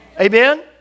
Amen